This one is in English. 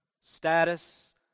status